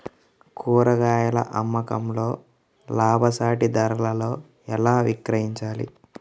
కూరగాయాల అమ్మకంలో లాభసాటి ధరలలో ఎలా విక్రయించాలి?